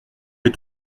les